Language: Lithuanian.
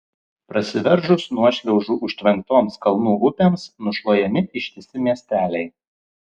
prasiveržus nuošliaužų užtvenktoms kalnų upėms nušluojami ištisi miesteliai